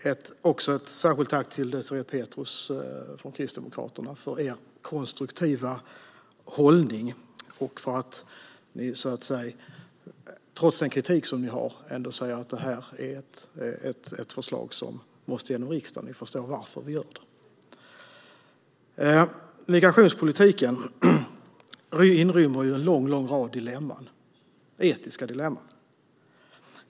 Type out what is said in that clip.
Jag vill också rikta ett särskilt tack till Désirée Pethrus från Kristdemokraterna för er konstruktiva hållning och för att ni trots den kritik som ni har ändå säger att detta är ett förslag som måste igenom riksdagen. Ni förstår varför vi gör det. Migrationspolitiken inrymmer en lång rad etiska dilemman.